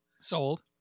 sold